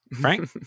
Frank